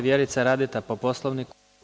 Vjerica Radeta po Poslovniku.